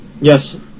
Yes